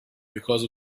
because